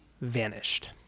vanished